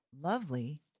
Lovely